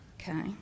Okay